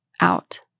out